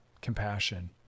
compassion